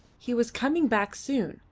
he was coming back soon.